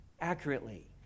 accurately